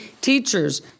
teachers